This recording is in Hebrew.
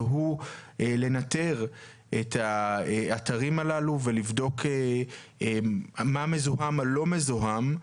והוא לנטר את האתרים הללו ולבדוק מה מזוהם הלא מזוהם,